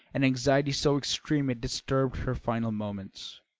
an anxiety so extreme it disturbed her final moments,